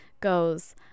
goes